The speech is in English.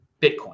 Bitcoin